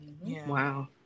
Wow